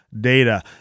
data